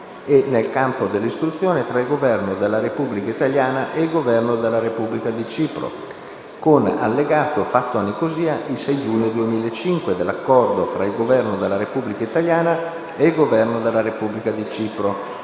e nel campo dell'istruzione tra il Governo della Repubblica italiana ed il Governo della Repubblica di Cipro, con Allegato, fatto a Nicosia il 6 giugno 2005, e dell'Accordo tra il Governo della Repubblica italiana ed il Governo della Repubblica di Cipro